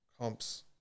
Comps